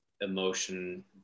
emotion